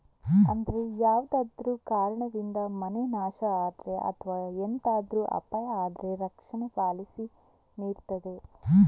ಅಂದ್ರೆ ಯಾವ್ದಾದ್ರೂ ಕಾರಣದಿಂದ ಮನೆ ನಾಶ ಆದ್ರೆ ಅಥವಾ ಎಂತಾದ್ರೂ ಅಪಾಯ ಆದ್ರೆ ರಕ್ಷಣೆ ಪಾಲಿಸಿ ನೀಡ್ತದೆ